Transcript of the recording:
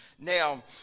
Now